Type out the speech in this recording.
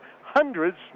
hundreds